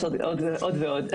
יש עוד ועוד.